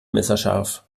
messerscharf